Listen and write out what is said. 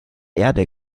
erde